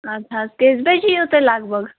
اَدٕ حظ کٔژِ بَجہِ یِیِو تُہۍ لگ بگ